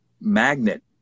magnet